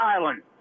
Island